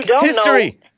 history